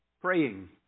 praying